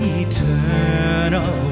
eternal